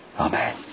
Amen